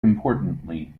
importantly